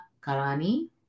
Karani